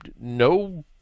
no